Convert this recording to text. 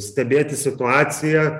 stebėti situaciją